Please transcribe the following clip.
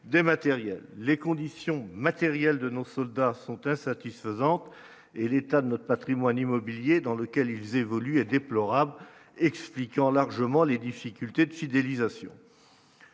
les conditions matérielles de nos soldats sont insatisfaisantes et l'état de notre Patrimoine immobilier dans lequel ils évoluent et déplorable expliquant largement les difficultés de fidélisation.